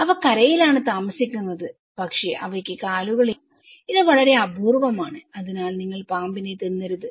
അവ കരയിലാണ് താമസിക്കുന്നത് പക്ഷേ അവയ്ക്ക് കാലുകൾ ഇല്ല ഇത് വളരെ അപൂർവമാണ് അതിനാൽ നിങ്ങൾ പാമ്പിനെ തിന്നരുത്